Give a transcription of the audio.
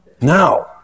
Now